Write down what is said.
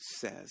says